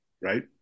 right